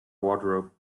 wardrobe